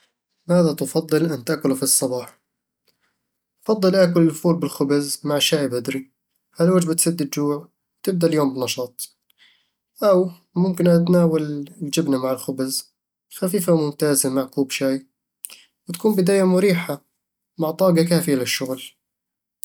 ماذا تفضل أن تأكل في الصباح؟ بفضّل آكل الفول بالخبز مع شاي بدري، هالوجبة تسد الجوع وتبدأ اليوم بنشاط أو ممكن أتناول الجبنة مع الخبز، خفيفة وممتازة مع كوب شاي وتكون بداية مريحة مع طاقة كافية للشغل